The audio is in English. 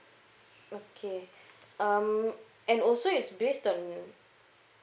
okay um and also is based on